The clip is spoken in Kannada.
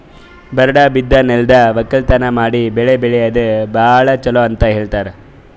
ಬರಡ್ ಬಿದ್ದ ನೆಲ್ದಾಗ ವಕ್ಕಲತನ್ ಮಾಡಿ ಬೆಳಿ ಬೆಳ್ಯಾದು ಭಾಳ್ ಚೊಲೋ ಅಂತ ಹೇಳ್ತಾರ್